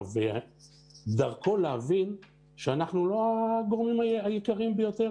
ודרכו להבין שאנחנו לא הגורמים העיקריים ביותר.